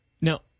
Now